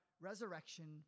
resurrection